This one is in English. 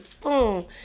Boom